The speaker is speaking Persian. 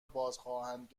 بازخواهند